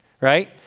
right